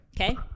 okay